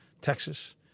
Texas